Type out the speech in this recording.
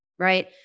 Right